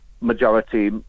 majority